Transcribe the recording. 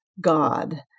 God